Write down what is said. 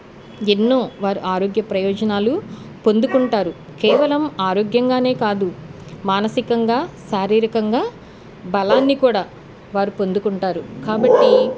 ఎన్నో వారు ఆరోగ్య ప్రయోజనాలు పొందుకుంటారు కేవలం ఆరోగ్యంగానే కాదు మానసికంగా శారీరకంగా బలాన్ని కూడా వారు పొందుకుంటారు కాబట్టి